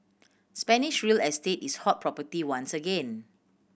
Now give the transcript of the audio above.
Spanish real estate is hot property once again